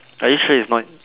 are you sure it's not